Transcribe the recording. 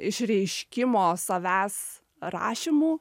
išreiškimo savęs rašymu